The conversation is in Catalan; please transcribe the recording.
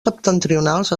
septentrionals